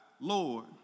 Lord